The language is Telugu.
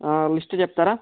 ఆ లిస్టు చెప్తారా